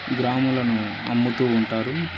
గ్రాములను అమ్ముతూ ఉంటారు